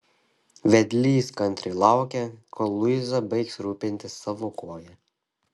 vedlys kantriai laukė kol luiza baigs rūpintis savo koja